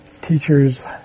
Teachers